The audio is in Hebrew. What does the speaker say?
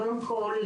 קודם כול,